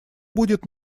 будет